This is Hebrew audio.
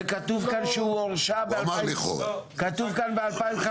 וכתוב כאן שהוא הורשע, כתוב כאן ב-2015